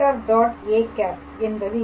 â என்பது என்ன